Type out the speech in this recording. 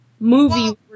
Movie